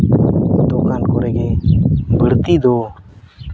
ᱫᱚᱠᱟᱱ ᱠᱚᱨᱮ ᱜᱮ ᱵᱟᱹᱲᱛᱤ ᱫᱚ